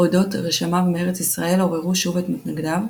אודות רשמיו מארץ ישראל עוררו שוב את מתנגדיו,